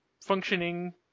functioning